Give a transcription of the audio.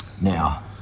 now